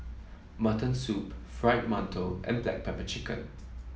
Mutton Soup Fried Mantou and Black Pepper Chicken